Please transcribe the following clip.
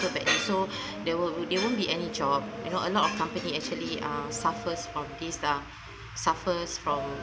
badly so there will there won't be any job you know a lot of company actually uh suffers of this uh suffers from